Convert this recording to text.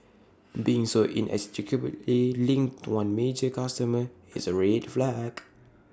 being so inextricably linked to one major customer is A red flag